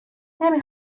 نمی